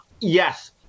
yes